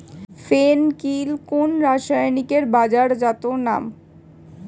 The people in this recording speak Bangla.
ফেন কিল কোন রাসায়নিকের বাজারজাত নাম?